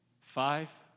Five